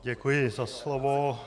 Děkuji za slovo.